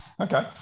Okay